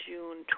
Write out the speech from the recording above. June